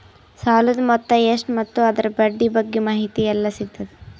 ಸಾಲದ ಮೊತ್ತ ಎಷ್ಟ ಮತ್ತು ಅದರ ಬಡ್ಡಿ ಬಗ್ಗೆ ಮಾಹಿತಿ ಎಲ್ಲ ಸಿಗತದ?